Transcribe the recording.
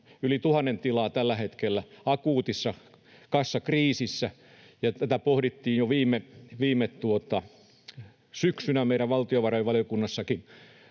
yli tuhannen tilaa tällä hetkellä, on akuutissa kassakriisissä. Tätä pohdittiin jo viime syksynä meidän valtiovarainvaliokunnassakin.